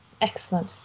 Excellent